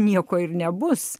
nieko ir nebus